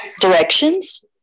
Directions